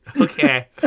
Okay